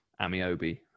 Amiobi